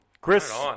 Chris